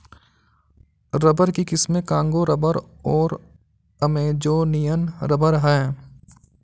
rubber की किस्में Congo rubber और अमेजोनियन रबर हैं